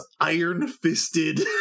iron-fisted